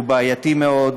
בעייתי מאוד,